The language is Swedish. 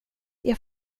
jag